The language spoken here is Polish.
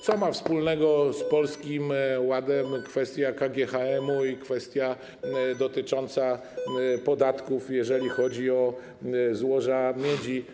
Co ma wspólnego z Polskim Ładem kwestia KGHM-u i kwestia dotycząca podatków, jeżeli chodzi o złoża miedzi?